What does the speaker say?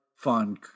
Fun